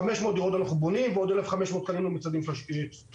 500 דירות אנחנו בונים ועוד 1,500 קנינו מצדדים שלישיים.